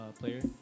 player